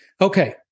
Okay